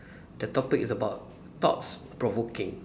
the topic is about thoughts provoking